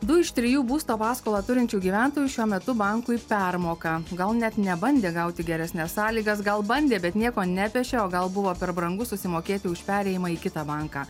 du iš trijų būsto paskolą turinčių gyventojų šiuo metu bankui permoka gal net nebandė gauti geresnes sąlygas gal bandė bet nieko nepešė o gal buvo per brangu susimokėti už perėjimą į kitą banką